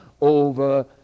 over